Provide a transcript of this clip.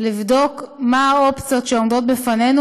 לבדוק מה האופציות שעומדות בפנינו,